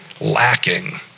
lacking